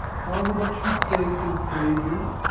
however much he begged and prayed you?